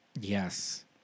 Yes